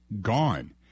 gone